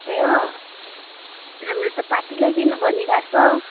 ए हो हाम्रो त पार्टीलाई दिनु भनिरहेको छ